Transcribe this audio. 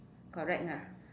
correct ah